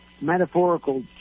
metaphorical